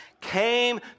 came